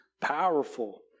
powerful